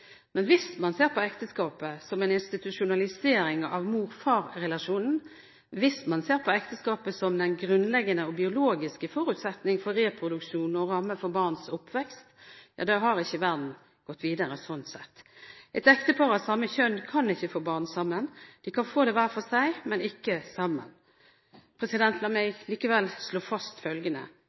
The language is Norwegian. Men hvis man ser på ekteskapet som en institusjonalisering av mor/far-relasjonen, og hvis man ser på ekteskapet som den grunnleggende og biologiske forutsetning for reproduksjon og ramme for barns oppvekst, har ikke verden gått videre sånn sett. Et ektepar av samme kjønn kan ikke få barn sammen – de kan få det hver for seg, men ikke sammen. La meg likevel slå fast følgende: